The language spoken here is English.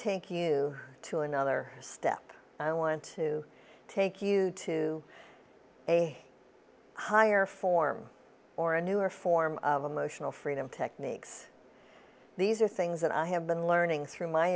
take you to another step i want to take you to a higher form or a newer form of emotional freedom techniques these are things that i have been learning through my